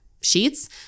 sheets